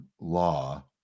law